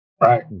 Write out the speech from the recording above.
Right